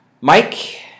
Mike